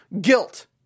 Guilt